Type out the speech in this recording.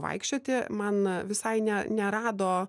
vaikščioti man visai ne nerado